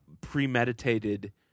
premeditated